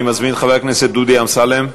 אני מזמין את חבר הכנסת דודי אמסלם,